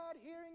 hearing